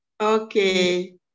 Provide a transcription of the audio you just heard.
okay